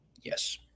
Yes